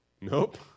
Nope